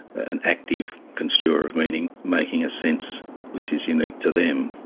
an active construer of meaning making a sense which is unique to them,